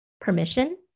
permission